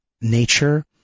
nature